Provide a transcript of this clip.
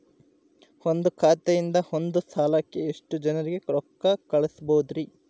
ಒಂದ್ ಖಾತೆಯಿಂದ, ಒಂದ್ ಸಲಕ್ಕ ಎಷ್ಟ ಜನರಿಗೆ ರೊಕ್ಕ ಕಳಸಬಹುದ್ರಿ?